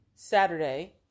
Saturday